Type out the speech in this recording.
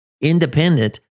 independent